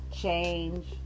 change